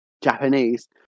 Japanese